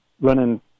running